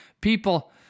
people